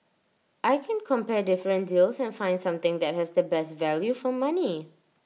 I can compare different deals and find something that has the best value for money